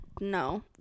No